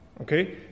Okay